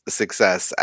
success